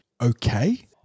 okay